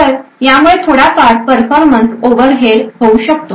तर यामुळे थोडाफार परफॉर्मन्स ओव्हर हेड होऊ शकतो